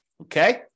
Okay